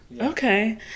Okay